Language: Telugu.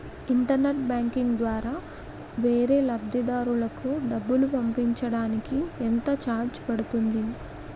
ఇంటర్నెట్ బ్యాంకింగ్ ద్వారా వేరే లబ్ధిదారులకు డబ్బులు పంపించటానికి ఎంత ఛార్జ్ పడుతుంది?